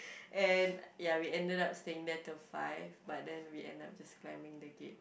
and ya we ended up just staying there till five but then we end up just climbing the gate